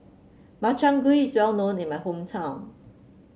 Makchang Gui is well known in my hometown